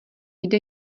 jde